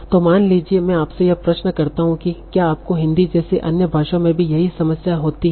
तो मान लीजिए कि मैं आपसे यह प्रश्न करता हूं कि क्या आपको हिंदी जैसी अन्य भाषाओं में भी यही समस्या होती है